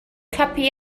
copy